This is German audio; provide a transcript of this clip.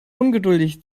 ungeduldig